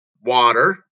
water